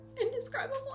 indescribable